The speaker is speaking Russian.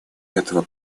этого